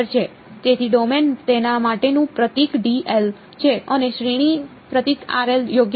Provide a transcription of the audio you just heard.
તેથી ડોમેન તેના માટેનું પ્રતીક છે અને શ્રેણી પ્રતીક યોગ્ય છે